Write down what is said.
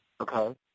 Okay